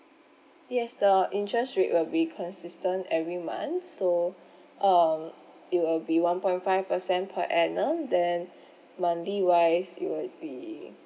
yes the interest rate will be consistent every month so um it will be one point five percent per annum then monthly wise it would be